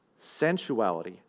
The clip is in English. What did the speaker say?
sensuality